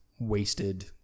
wasted